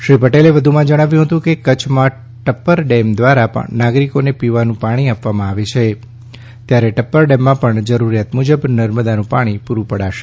શ્રી નીતિન પટેલે વધુમાં જણાવ્યું હતું કે કચ્છમાં ટપ્પર ડેમ દ્વારા નાગરિકોને પીવાનું પાણી આપવામાં આવે છે ત્યારે ટપ્પર ડેમમાં પણ જરૂરિયાત મુજબ નર્મદાનું પાણી પૂરું પડાશે